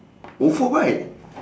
ofo bike